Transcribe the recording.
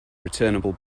returnable